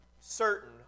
certain